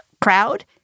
crowd